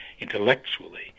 intellectually